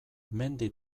mendi